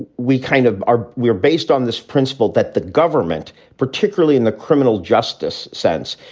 we kind of are we are based on this principle that the government, particularly in the criminal justice sense,